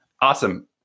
Awesome